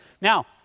Now